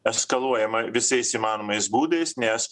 eskaluojama visais įmanomais būdais nes